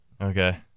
Okay